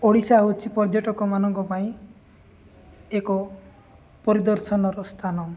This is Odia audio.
ଓଡ଼ିଶା ହେଉଛି ପର୍ଯ୍ୟଟକମାନଙ୍କ ପାଇଁ ଏକ ପରିଦର୍ଶନର ସ୍ଥାନ